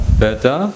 better